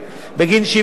בגין 70 73,